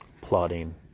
plotting